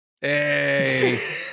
Hey